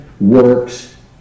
works